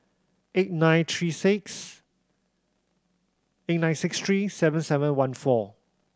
eight nine three six eight nine six three seven seven one four